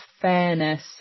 fairness